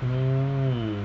mm